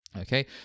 Okay